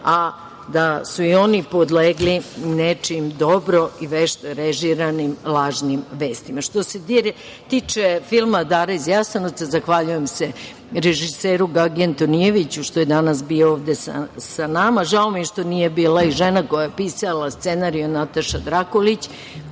a da su i oni podlegli nečijim dobro i vešto režiranim lažnim vestima. Što se tiče filma „Dara iz Jasenovca“, zahvaljujem se režiseru Gagi Antonijeviću što je danas bio ovde sa nama. Žao mi je što nije bila i žena koja je pisala scenario Nataša Drakulić